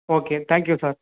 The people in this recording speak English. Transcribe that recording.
okay thank you sir